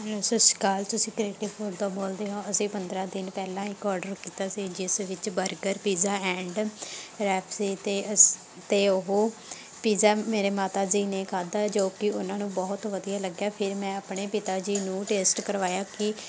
ਸਤਿ ਸ਼੍ਰੀ ਅਕਾਲ ਤੁਸੀਂ ਬੋਲਦੇ ਹੋ ਅਸੀਂ ਪੰਦਰ੍ਹਾਂ ਦਿਨ ਪਹਿਲਾਂ ਇੱਕ ਔਡਰ ਕੀਤਾ ਸੀ ਜਿਸ ਵਿੱਚ ਬਰਗਰ ਪੀਜ਼ਾ ਐਂਡ ਰੈਪ ਸੀ ਅਤੇ ਅਸੀਂ ਅਤੇ ਉਹ ਪੀਜ਼ਾ ਮੇਰੇ ਮਾਤਾ ਜੀ ਨੇ ਖਾਧਾ ਜੋ ਕਿ ਉਹਨਾਂ ਨੂੰ ਬਹੁਤ ਵਧੀਆ ਲੱਗਿਆ ਫਿਰ ਮੈਂ ਆਪਣੇ ਪਿਤਾ ਜੀ ਨੂੰ ਟੇਸਟ ਕਰਵਾਇਆ ਕਿ